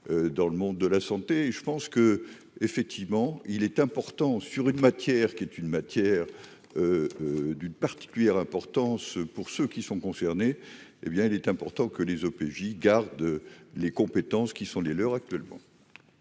dans le monde de la santé et je pense que, effectivement, il est important sur une matière qui est une matière d'une particulière importance pour ceux qui sont concernés, hé bien, il est important que les OPJ garde les compétences qui sont les leurs, actuellement.